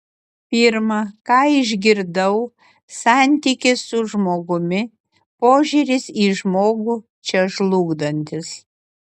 pirma ką išgirdau santykis su žmogumi požiūris į žmogų čia žlugdantis